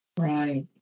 Right